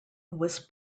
was